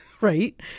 right